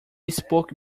spoke